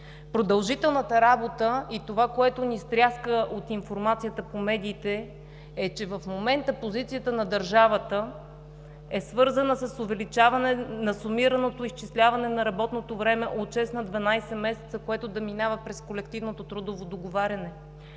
Продължителната работа и това, което ни стряска от информацията по медиите, е, че в момента позицията на държавата е свързана с увеличаване на сумираното изчисляване на работното време от 6 на 12 месеца, което да минава през колективното трудово договаряне.